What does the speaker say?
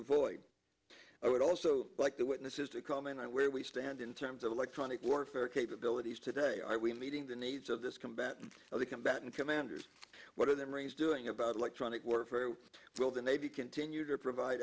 avoid i would also like the witnesses to comment on where we stand in terms of electronic warfare capabilities today are we meeting the needs of this combat or the combatant commanders what are the marines doing about electronic warfare or will the navy continue to provide